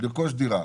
לרכוש דירה.